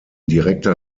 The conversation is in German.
direkter